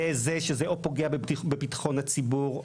לזה שזה או פוגע בביטחון הציבור,